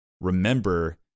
remember